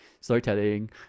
storytelling